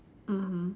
mmhmm